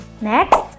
next